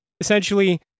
essentially